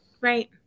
Right